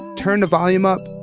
turn the volume up,